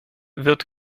wird